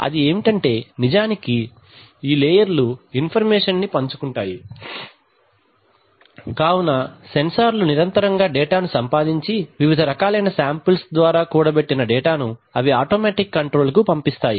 అది ఏమిటంటే నిజానికి ఈ లేయర్లు ఇన్ఫర్మేషన్ ని పంచుకుంటాయి కావున సెన్సార్ లు నిరంతరంగా డేటాను సంపాదించి వివిధ రకాలైన శాంపిల్స్ ద్వారా కూడబెట్టిన డేటాను అవి ఆటోమేటిక్ కంట్రోలర్ కు పంపిస్తాయి